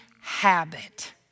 habit